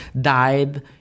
died